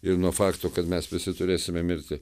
ir nuo fakto kad mes visi turėsime mirti